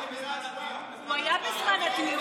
הוא היה בזמן הדיון.